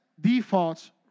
defaults